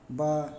बा